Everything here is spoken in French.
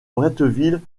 bretteville